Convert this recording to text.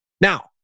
Now